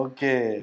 Okay